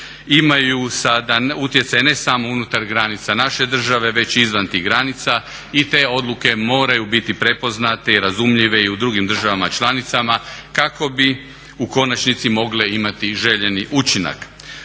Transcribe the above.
imaju sada utjecaj ne samo unutar granica naše države već izvan tih granica i te odluke moraju biti prepoznate i razumljive i u drugim državama članicama kako bi u konačnici mogle imati i željeni učinak.